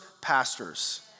pastors